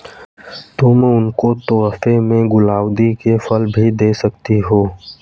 तुम उनको तोहफे में गुलाउदी के फूल भी दे सकती हो